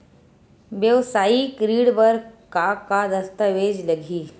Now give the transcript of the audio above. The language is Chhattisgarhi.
वेवसायिक ऋण बर का का दस्तावेज लगही?